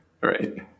right